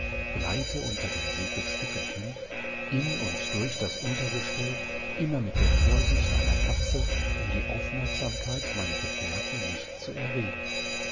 gleite unter den segelstücken hin in und durch das untergestell immer mit der vorsicht einer katze um die aufmerksamkeit meiner gefährten nicht zu erregen